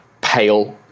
pale